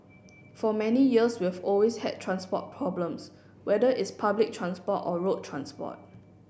for many years we've always had transport problems whether it's public transport or road transport